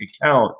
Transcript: account